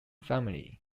family